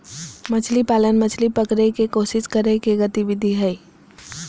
मछली पालन, मछली पकड़य के कोशिश करय के गतिविधि हइ